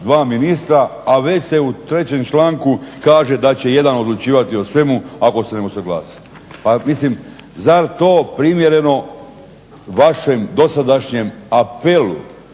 dva ministra, a već se u 3. članku kaže da će jedan odlučivati o svemu ako se ne usuglase. Pa mislim zar je to primjerno vašem dosadašnjem apelu